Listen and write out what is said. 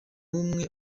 n’umwe